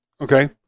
okay